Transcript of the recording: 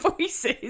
voices